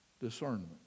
Discernment